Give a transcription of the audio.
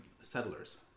settlers